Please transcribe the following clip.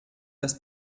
das